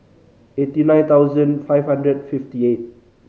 eighty nine thousand five hundred fifty eight